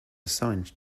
assigned